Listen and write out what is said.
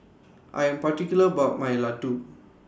I Am particular about My Laddu